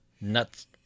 nuts